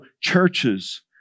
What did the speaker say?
churches